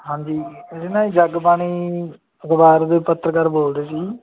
ਹਾਂਜੀ ਅਸੀਂ ਨਾ ਜੀ ਜੱਗ ਬਾਣੀ ਅਖ਼ਬਾਰ ਦੇ ਪੱਤਰਕਾਰ ਬੋਲਦੇ ਸੀ ਜੀ